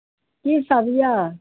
की सब अइ